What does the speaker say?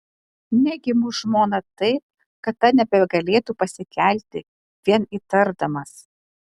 negi muš žmoną taip kad ta nebegalėtų pasikelti vien įtardamas